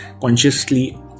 consciously